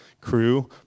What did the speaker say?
crew